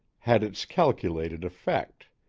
had its calculated effect.